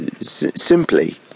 simply